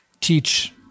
teach